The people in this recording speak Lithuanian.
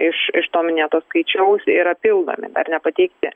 iš iš to minėto skaičiaus yra pildomi dar nepateikti